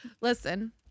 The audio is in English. listen